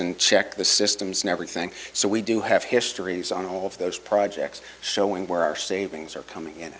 and check the systems and everything so we do have histories on all of those projects showing where our savings are coming in